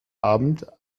abend